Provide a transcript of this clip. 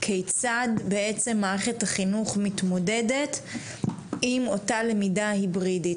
כיצד בעצם מערכת החינוך מתמודדת עם אותה למידה היברידית,